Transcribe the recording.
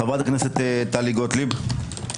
חברת הכנסת טלי גוטליב.